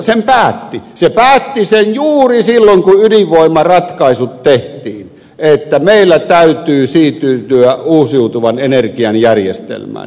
se päätti sen juuri silloin kun ydinvoimaratkaisut tehtiin että meillä täytyy siirtyä uusiutuvan energian järjestelmään